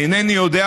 אינני יודע,